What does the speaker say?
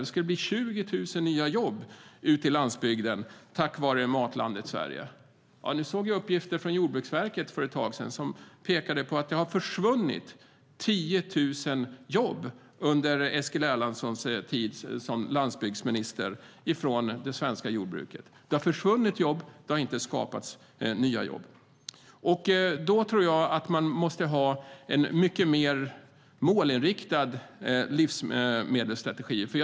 Det skulle bli 20 000 nya jobb på landsbygden tack vare Matlandet Sverige. Men för ett tag sedan såg jag uppgifter från Jordbruksverket som pekade på att det försvunnit 10 000 jobb från det svenska jordbruket under Eskil Erlandssons tid som landsbygdsminister. Det har försvunnit jobb, men det har inte skapats nya jobb. Jag tror att man måste ha en mycket mer målinriktad livsmedelsstrategi.